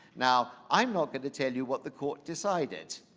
now, i'm not going to tell you what the court decided,